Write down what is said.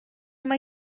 mai